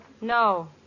No